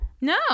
No